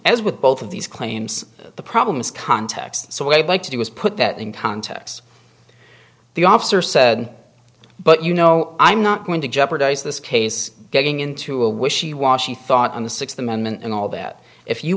as with both of these claims the problem is context so we would like to do is put that in context the officer said but you know i'm not going to jeopardize this case getting into a wishy washy thought on the sixth amendment and all that if you